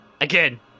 Again